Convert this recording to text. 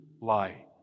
light